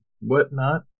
whatnot